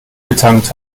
getankt